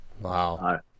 Wow